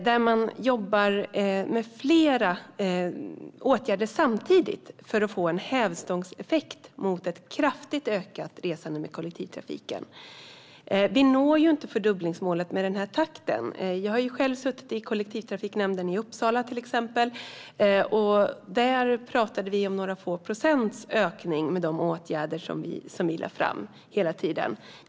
Där jobbar man med flera åtgärder samtidigt för att få en hävstångseffekt mot ett kraftigt ökat resande med kollektivtrafiken. Vi når inte fördubblingsmålet i den här takten. Jag har själv suttit i kollektivtrafiknämnden i Uppsala, till exempel, och där pratar vi om några få procents ökning med de åtgärder vi lade fram.